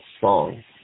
song